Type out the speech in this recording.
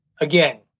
again